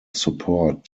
support